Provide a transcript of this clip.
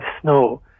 snow